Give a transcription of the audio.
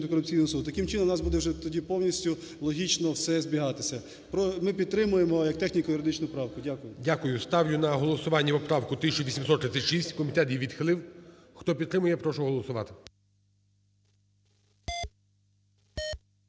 Таким чином, у нас буде вже тоді повністю логічно все збігатися. Ми підтримуємо як техніко-юридичну правку. Дякую. ГОЛОВУЮЧИЙ. Ставлю. На голосування поправку 1836. Комітет її відхилив. Хто підтримує? Прошу голосувати.